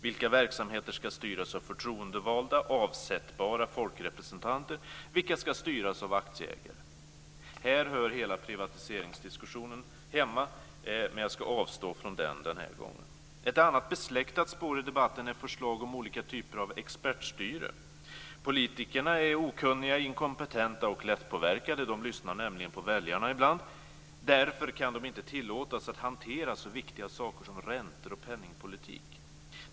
Vilka verksamheter ska styras av förtroendevalda, avsättbara folkrepresentanter? Vilka ska styras av aktieägare? Här hör hela privatiseringsdiskussionen hemma, men jag ska avstå från den denna gång. Ett annat besläktat spår i debatten är förslag om olika typer av expertstyre. Politikerna är okunniga, inkompetenta och lättpåverkade. De lyssnar nämligen på väljarna ibland. Därför kan de inte tillåtas att hantera så viktiga saker som räntor och penningpolitik.